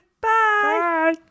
Bye